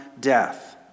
death